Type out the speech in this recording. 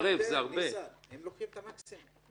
ניסן, הם לוקחים את המקסימום.